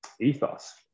ethos